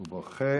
הוא בוכה